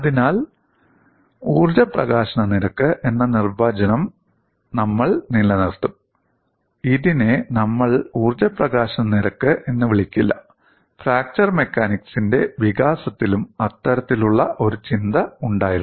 അതിനാൽ ഊർജ്ജ പ്രകാശന നിരക്ക് എന്ന നിർവചനം നമ്മൾ നിലനിർത്തും ഇതിനെ നമ്മൾ ഊർജ്ജ പ്രകാശന നിരക്ക് എന്ന് വിളിക്കില്ല ഫ്രാക്ചർ മെക്കാനിക്സിന്റെ വികാസത്തിലും അത്തരത്തിലുള്ള ഒരു ചിന്ത ഉണ്ടായിരുന്നു